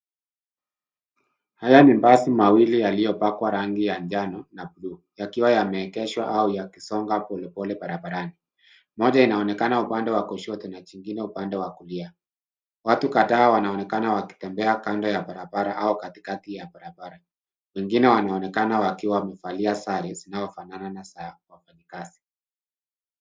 Haya ni basi mawili yaliyopakwa rangi ya njano na bluu yakiwa yameegeshwa au yakisonga polepole barabarani. Moja inaonekana upande wa kushoto na jingine upande wa kulia. Watu kadhaa wanaonekana wakitembea kando ya barabara au katikati ya barabara, wengine wanaonekana wakiwa wamevalia sare zinazofanana na za wafanyakazi.